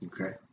Okay